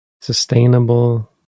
sustainable